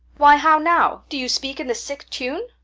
why, how now? do you speak in the sick tune?